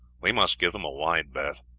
we must give them a wide berth.